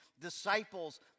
Disciples